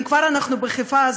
אם כבר אנחנו בחיפה,